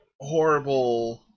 horrible